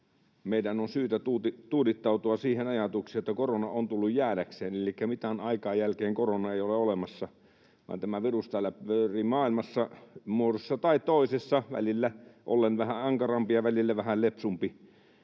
meidän on syytä tuudittautua siihen ajatukseen, että korona on tullut jäädäkseen, elikkä mitään aikaa jälkeen koronan ei ole olemassa vaan tämä virus pyörii täällä maailmassa muodossa tai toisessa, välillä ollen vähän ankarampi ja välillä vähän lepsumpi.